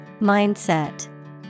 Mindset